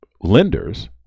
lenders